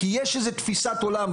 כי יש איזו תפיסת עולם,